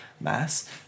Mass